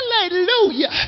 Hallelujah